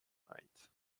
night